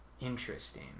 interesting